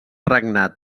regnat